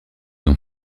ont